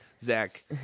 Zach